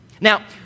Now